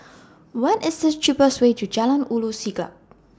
What IS The cheapest Way to Jalan Ulu Siglap